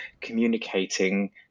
communicating